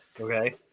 Okay